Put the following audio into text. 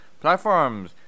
platforms